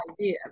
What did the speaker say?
idea